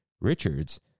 Richards